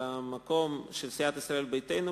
במקום של סיעת ישראל ביתנו,